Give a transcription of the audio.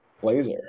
blazer